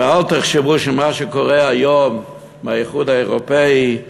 ואל תחשבו שמה שקורה היום מהאיחוד האירופי,